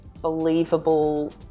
believable